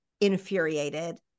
infuriated